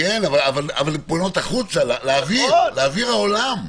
כן, אבל הן פונות החוצה, לאוויר, לאוויר העולם.